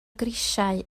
grisiau